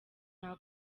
nta